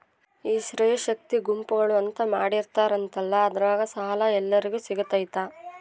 ಈ ಸ್ತ್ರೇ ಶಕ್ತಿ ಗುಂಪುಗಳು ಅಂತ ಮಾಡಿರ್ತಾರಂತಲ ಅದ್ರಾಗ ಸಾಲ ಎಲ್ಲರಿಗೂ ಸಿಗತೈತಾ?